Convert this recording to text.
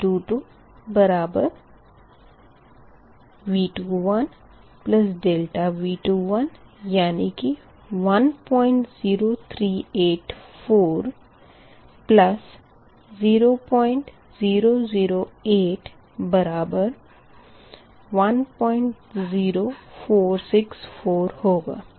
V2 बराबर V2∆V2 यानी कि 10384 0008 बराबर 10464 होगा